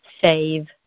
save